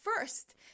first